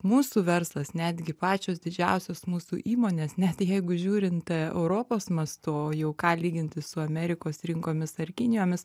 mūsų verslas netgi pačios didžiausios mūsų įmonės net jeigu žiūrint europos mastu o jau ką lyginti su amerikos rinkomis ar kinijomis